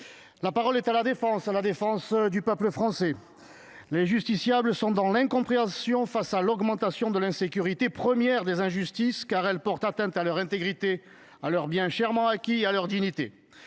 la parole est à la défense, à la défense du peuple français ! Les justiciables sont dans l'incompréhension face à l'augmentation de l'insécurité, première des injustices, car elle porte atteinte à leur intégrité, à leurs biens, chèrement acquis, et à leur dignité.